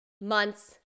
months